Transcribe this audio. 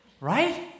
Right